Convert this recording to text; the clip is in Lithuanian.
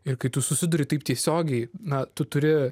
ir kai tu susiduri taip tiesiogiai na tu turi